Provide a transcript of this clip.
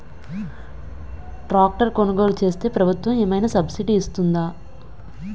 Tractor కొనుగోలు చేస్తే ప్రభుత్వం ఏమైనా సబ్సిడీ ఇస్తుందా?